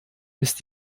ist